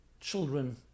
children